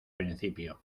principio